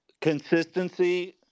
consistency